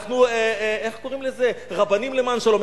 אנחנו, איך קוראים לזה, רבנים למען שלום?